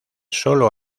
solo